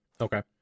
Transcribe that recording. Okay